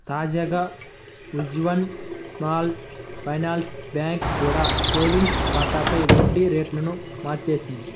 తాజాగా Ujjivan small finance bank కూడా savings ఖాతాలపై వడ్డీ రేట్లను మార్చేసింది